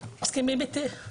מסכימים איתי?